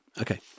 Okay